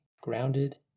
grounded